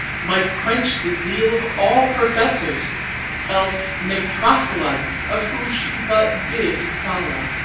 might quench the zeal of all professors else make proselytes of who she but bid follow.